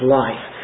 life